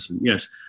yes